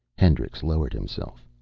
hendricks lowered himself.